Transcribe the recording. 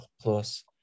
Plus